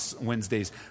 Wednesdays